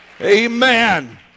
Amen